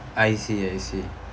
I see I see